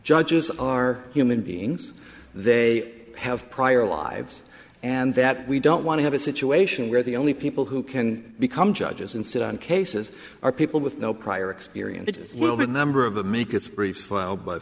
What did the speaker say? judges are human beings they have prior lives and that we don't want to have a situation where the only people who can become judges and sit on cases are people with no prior experience it will be a number of